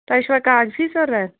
تۄہہِ چھُوا کاغذی ضروٗرت